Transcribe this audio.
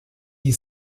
die